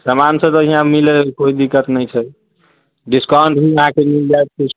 समान सभ बढ़िआँ मिलत कोइ दिक्कत नहि छै डिस्काउंट भी अहाँकेँ मिल जाएत किछु